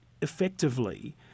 effectively